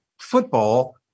football